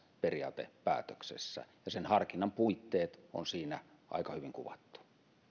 periaatepäätöksessä ja sen harkinnan puitteet on siinä aika hyvin kuvattu